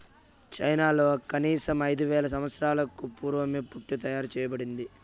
చైనాలో కనీసం ఐదు వేల సంవత్సరాలకు పూర్వమే పట్టు తయారు చేయబడింది